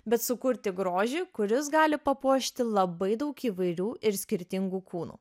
bet sukurti grožį kuris gali papuošti labai daug įvairių ir skirtingų kūnų